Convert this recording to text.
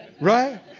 Right